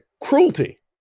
cruelty